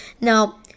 Now